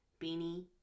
beanie